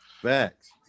Facts